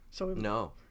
No